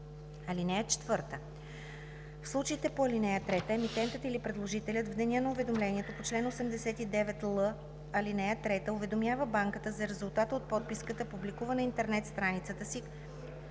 лихви. (4) В случаите по ал. 3 емитентът или предложителят в деня на уведомлението по чл. 89л, ал. 3 уведомява банката за резултата от подписката, публикува на интернет страницата си,